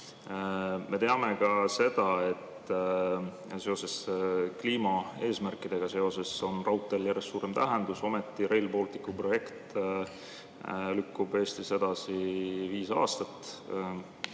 Me teame ka seda, et seoses kliimaeesmärkidega on raudteel järjest suurem tähendus, ometi Rail Balticu projekt lükkub Eestis edasi viis aastat.